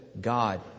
God